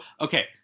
okay